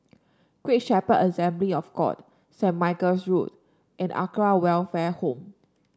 Great Shepherd Assembly of God Saint Michael's Road and Acacia Welfare Home